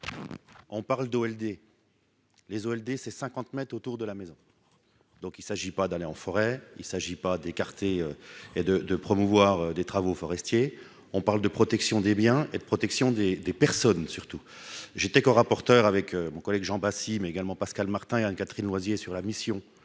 on parle d'eau LD les Zolder c'est 50 mètres autour de la maison, donc il s'agit pas d'aller en forêt, il s'agit pas d'écarter et de de promouvoir des travaux forestiers, on parle de protection des biens et de protection des des personnes surtout j'étais corapporteur avec mon collègue Jean Bassim mais également Pascal Martin et Anne-Catherine Loisier sur la mission